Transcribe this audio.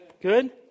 Good